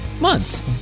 Months